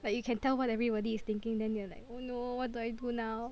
like you can tell what everybody is thinking then you are like oh no what do I do now